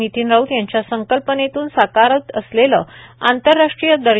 नितीन राऊत यांच्या संकल्पनेतून साकारत असलेले आंतरराष्ट्रीय दर्जाचे डॉ